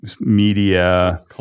media